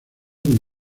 con